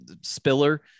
Spiller